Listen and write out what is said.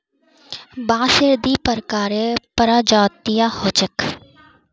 बांसेर दी प्रकारेर प्रजातियां ह छेक